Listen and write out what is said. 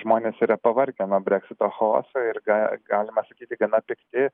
žmonės yra pavargę nuo breksito chaoso ir ga galima sakyti gana pikti